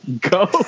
go